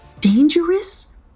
dangerous